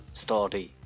study